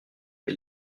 des